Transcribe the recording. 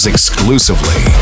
exclusively